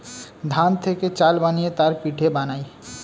ধান থেকে চাল বানিয়ে তার পিঠে বানায়